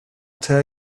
tell